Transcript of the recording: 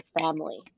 family